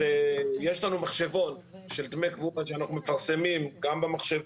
אז יש לנו מחשבון של דמי קבורה שאנחנו מפרסמים גם במחשב,